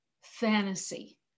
fantasy